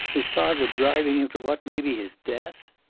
his father driving him to what may be his death!